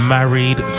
Married